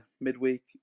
midweek